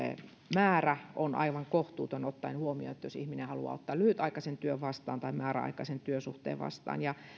määrä on aivan kohtuuton ottaen huomioon sen jos ihminen haluaa ottaa lyhytaikaisen työn tai määräaikaisen työsuhteen vastaan